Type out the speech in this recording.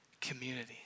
community